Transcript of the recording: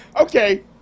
okay